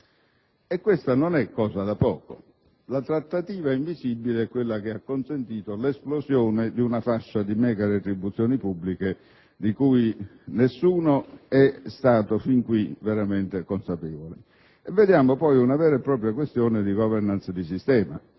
E questa non è cosa da poco. Proprio la trattativa invisibile ha consentito l'esplosione di una fascia di megaretribuzioni pubbliche, di cui nessuno è stato fin qui veramente consapevole. E troviamo qui una vera e propria questione di *governance* di sistema.